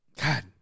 God